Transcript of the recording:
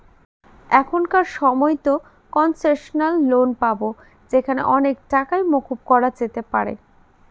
এখনকার সময়তো concessional loan পাবো যেখানে অনেক টাকাই মকুব করা যেতে পারে